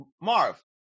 Marv